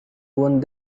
one